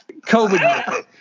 COVID